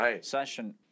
session